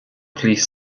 police